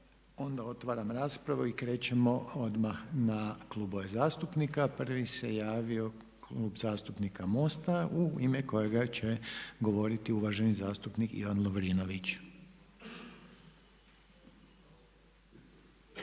Onda otvaram raspravu i krećemo odmah na klubove zastupnika. Prvi se javio Klub zastupnika MOST-a u ime kojega će govoriti uvaženi zastupnik Ivan Lovrinović.